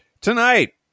tonight